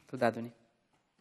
תודה, אדוני.